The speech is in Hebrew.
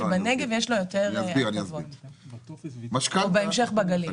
שבנגב יש לו יותר הטבות או בהמשך בגליל?